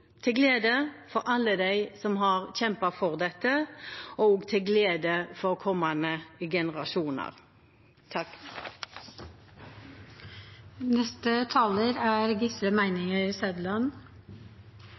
til glede for alle dem som har kjempet for dette, og også til glede for kommende generasjoner.